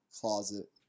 closet